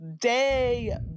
day